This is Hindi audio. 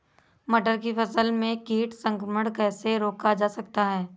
मटर की फसल में कीट संक्रमण कैसे रोका जा सकता है?